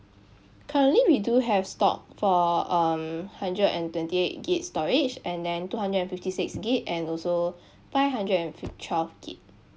currently we do have stock for um hundred and twenty eight gig storage and then two hundred fifty six gig and also five hundred and fif~ twelve gig